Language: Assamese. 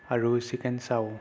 আৰু চিকেন চাও